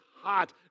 hot